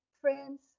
friends